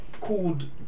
called